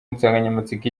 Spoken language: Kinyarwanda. nsanganyamatsiko